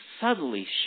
subtly